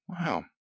Wow